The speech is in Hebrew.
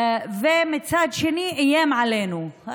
ומצד שני איים עלינו,